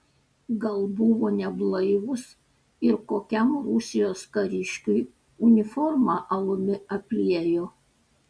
gal buvo neblaivūs ir kokiam rusijos kariškiui uniformą alumi apliejo